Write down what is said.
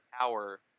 tower